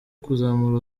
kuzamura